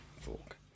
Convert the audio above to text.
fork